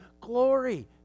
glory